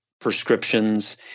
prescriptions